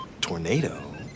tornado